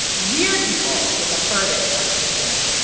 weird people get the furthest on the internet.